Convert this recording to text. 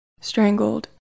strangled